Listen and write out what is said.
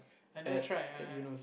I never try I I